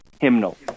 hymnal